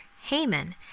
Haman